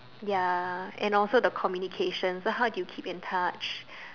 ya and also the communication like how you keep in touch